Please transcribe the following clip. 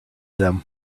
them